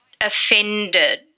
offended